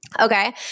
okay